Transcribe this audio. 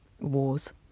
wars